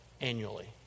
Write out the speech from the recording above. annually